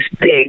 big